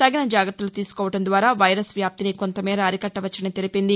తగిన జాగ్రత్తలు తీసుకోవడం ద్వారా వైరస్ వ్యాప్తిని కొంత మేర అరికట్లవచ్చని తెలిపింది